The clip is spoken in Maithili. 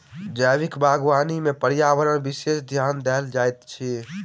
जैविक बागवानी मे पर्यावरणपर विशेष ध्यान देल जाइत छै